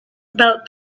about